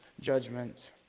judgment